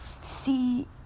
see